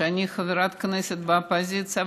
שאני חברת כנסת מהאופוזיציה,